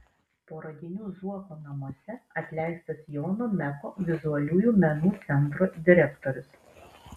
po radinių zuoko namuose atleistas jono meko vizualiųjų menų centro direktorius